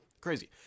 Crazy